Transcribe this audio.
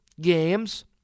games